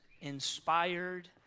inspired